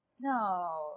No